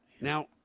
Now